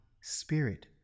spirit